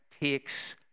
takes